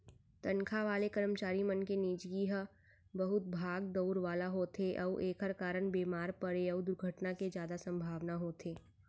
तनखा वाले करमचारी मन के निजगी ह बहुत भाग दउड़ वाला होथे अउ एकर कारन बेमार परे अउ दुरघटना के जादा संभावना होथे